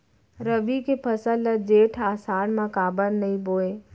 रबि के फसल ल जेठ आषाढ़ म काबर नही बोए?